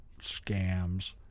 scams